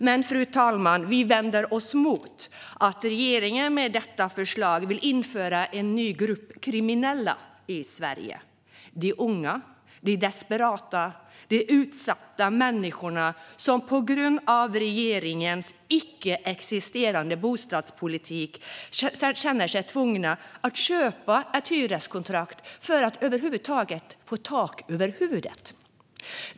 Men, fru talman, vi vänder oss mot att regeringen med detta förslag vill införa en ny grupp kriminella i Sverige: de unga, de desperata och de utsatta människor som på grund av regeringens icke existerande bostadspolitik känner sig tvungna att köpa ett hyreskontrakt för att över huvud taget få tak över huvudet.